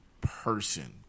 person